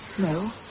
No